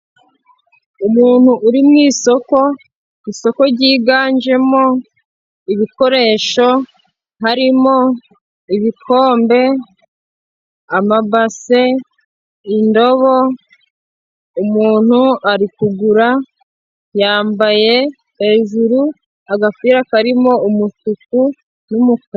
Umuntu uri mu isoko . Isoko ryiganjemo ibikoresho , harimo ibikombe ,amabase, indobo . Umuntu ari kugura , yambaye hejuru agapira karimo umutuku n'umukara.